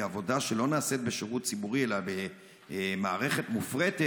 עבודה שלא נעשית בשירות ציבורי אלא במערכת מופרטת,